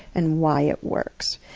and why it works.